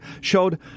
showed